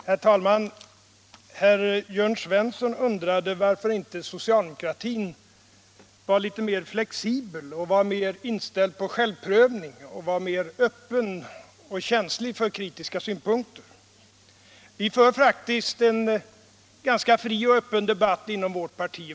Herr talman! Herr Jörn Svensson undrade varför inte socialdemokratin var litet mer flexibel och mer inställd på självprövning och öppen och känslig för kritiska synpunkter. Vi för faktiskt en ganska fri och öppen debatt i vårt parti.